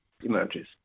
emerges